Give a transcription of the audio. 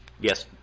Yes